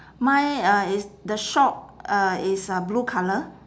mine uh is the shop uh is uh blue colour